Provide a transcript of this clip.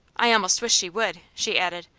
i almost wish she would, she added.